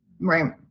Right